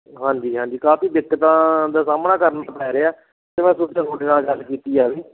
ਹਾਂਜੀ ਹਾਂਜੀ ਕਾਫੀ ਦਿੱਕਤਾਂ ਦਾ ਸਾਹਮਣਾ ਕਰਨਾ ਪੈ ਰਿਹਾ ਅਤੇ ਮੈਂ ਸੋਚਿਆ ਤੁਹਾਡੇ ਨਾਲ ਗੱਲ ਕੀਤੀ ਜਾਵੇ